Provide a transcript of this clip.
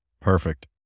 Perfect